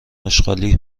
آشغالی